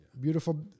beautiful